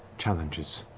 challenges.